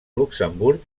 luxemburg